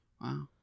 Wow